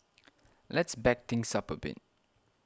let's back things up a bit